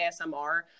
ASMR